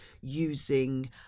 using